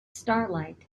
starlight